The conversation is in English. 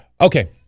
Okay